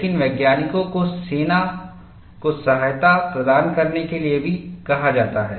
लेकिन वैज्ञानिकों को सेना को सहायता प्रदान करने के लिए भी कहा जाता है